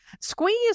Squeeze